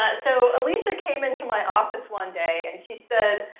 ah so alicia came into my office one day, and she said,